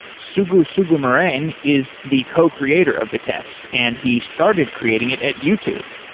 sugu sougoumarane is the co-creator of vitess, and he started creating it at youtube.